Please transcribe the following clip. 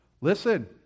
Listen